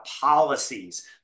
policies